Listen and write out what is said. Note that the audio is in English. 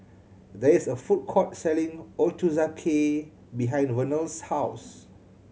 there is a food court selling Ochazuke behind Vernell's house